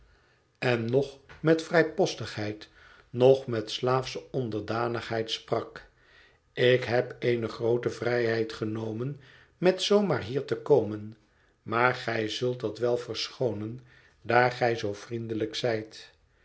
en noch met vrijpostigheid noch met slaafsche onderdanigheid sprak ik heb eene groote vrijheid genomen met zoo maar hier te komen maar gij zult dat wel verschoonen daar gij zoo vriendelijk zijt